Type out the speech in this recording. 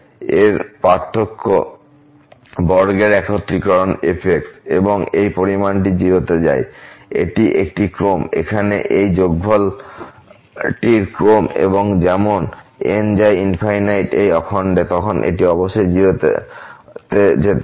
এর পার্থক্য বর্গের একীকরণ f এবং এই পরিমাণটি 0 তে যায় এটি একটি ক্রম এখানে এই যোগফলটির ক্রম এবং যেমন n যায় এই অখণ্ডে তখন এটি অবশ্যই 0 তে যেতে হবে